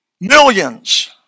millions